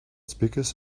speakers